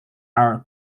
are